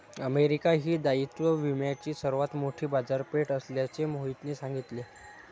America ही दायित्व विम्याची सर्वात मोठी बाजारपेठ असल्याचे मोहितने सांगितले